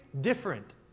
different